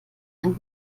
einen